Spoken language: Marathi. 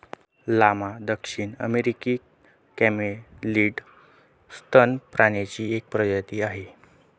लामा दक्षिण अमेरिकी कॅमेलीड सस्तन प्राण्यांची एक प्रजाती आहे